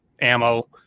ammo